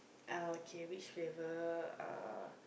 ah okay which flavour uh